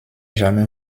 jamais